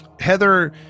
Heather